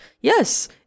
Yes